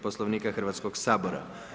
Poslovnika Hrvatskog sabora.